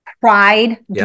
pride